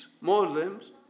Muslims